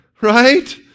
Right